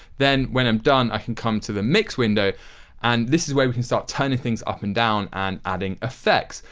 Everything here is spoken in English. then when i am done i can come to the mix window and this is where we can start turning things up and down and adding effects.